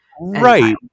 right